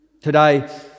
Today